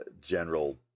general